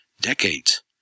decades